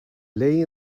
lay